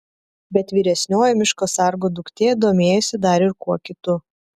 bet vyresnioji miško sargo duktė domėjosi dar ir kuo kitu